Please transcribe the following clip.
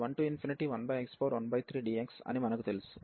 కాబట్టి ఇక్కడ p power 1 కన్నా తక్కువ